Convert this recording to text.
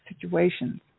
situations